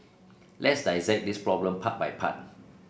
let's dissect this problem part by part